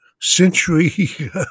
century